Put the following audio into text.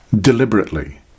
deliberately